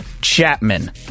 Chapman